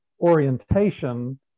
orientation